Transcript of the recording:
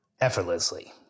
effortlessly